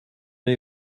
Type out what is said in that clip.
est